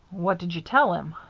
what did you tell him?